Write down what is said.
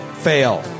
Fail